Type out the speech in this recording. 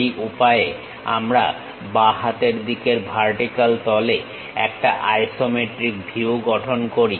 এই উপায়ে আমরা বাঁ হাতের দিকের ভার্টিক্যাল তলে একটা আইসোমেট্রিক ভিউ গঠন করি